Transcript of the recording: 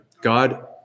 God